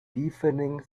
deafening